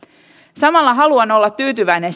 samalla haluan olla tyytyväinen